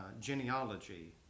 genealogy